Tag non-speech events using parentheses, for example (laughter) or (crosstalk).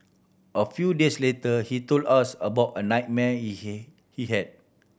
a few days later he told us about a nightmare (unintelligible) he had